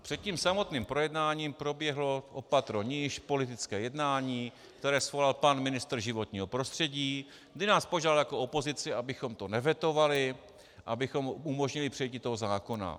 Před samotným projednáním proběhlo o patro níž politické jednání, které svolal pan ministr životního prostředí, kdy nás požádal jako opozici, abychom to nevetovali, abychom umožnili přijetí toho zákona.